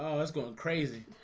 was going crazy.